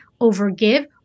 over-give